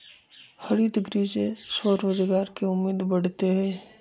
हरितगृह से स्वरोजगार के उम्मीद बढ़ते हई